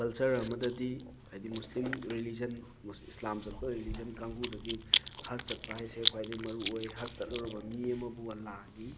culture ꯑꯃꯗꯗꯤ ꯍꯥꯏꯗꯤ Muslim religion Islam ꯆꯠꯄ ꯔꯦꯂꯤꯖꯟ ꯀꯥꯡꯕꯨꯗꯗꯤ ꯍꯖ ꯆꯠꯄ ꯍꯥꯏꯁꯦ ꯈ꯭ꯋꯥꯏꯗꯩ ꯃꯔꯨ ꯑꯣꯏ ꯍꯖ ꯆꯠꯂꯨꯔꯕ ꯃꯤ ꯑꯃꯕꯨ ꯑꯜꯂꯥꯒꯤ